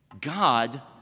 God